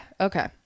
okay